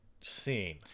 scene